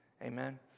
Amen